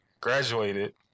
graduated